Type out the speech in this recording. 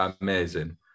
amazing